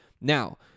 Now